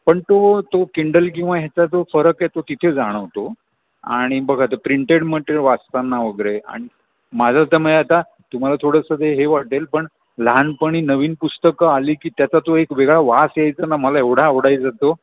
पण तो तो किंडल किंवा ह्याचा जो फरक आहे तो तिथे जाणवतो आणि बघा तर प्रिंटेड मटेर वाचताना वगैरे आणि माझं तर म्हणजे आता तुम्हाला थोडंसं ते हे वाटेल पण लहानपणी नवीन पुस्तकं आली की त्याचा तो एक वेगळा वास यायचा ना मला एवढा आवडायचा तो